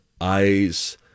eyes